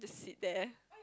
sit there